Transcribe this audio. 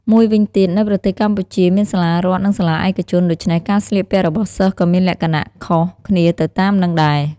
មួយវិញទៀត នៅប្រទេសកម្ពុជាមានសាលារដ្ឋ និងសាលាឯកជន ដូច្នេះការស្លៀកពាក់របស់សិស្សក៏មានលក្ខណៈខុសគ្នាទៅតាមនឹងដែរ។